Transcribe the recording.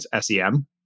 sem